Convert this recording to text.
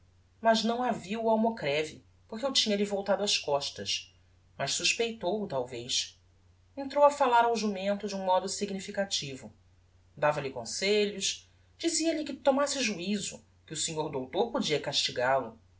sol não a viu o almocreve por que eu tinha-lhe voltado as costas mas suspeitou o talvez entrou a fallar ao jumento de um modo significativo dava-lhe conselhos dizia-lhe que tomasse juizo que o senhor doutor podia castigal o